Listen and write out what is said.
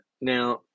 now